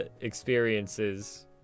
experiences